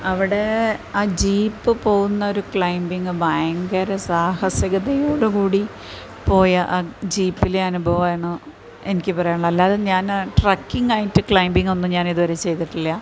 അവിടെ ആ ജീപ്പ് പോകുന്നൊരു ക്ലൈംബിംഗ് ഭയങ്കര സാഹസികതയോടുകൂടി പോയ ജീപ്പിലെ അനുഭവമാണ് എനിക്ക് പറയാനുള്ളത് അല്ലാതെ ഞാൻ ട്രക്കിംഗ് ആയിട്ട് ക്ലൈംബിംഗ് ഒന്നും ഞാനിതുവരെ ചെയ്തിട്ടില്ല